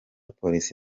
polisi